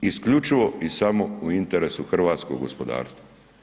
Isključivo i samo u interesu hrvatskog gospodarstva.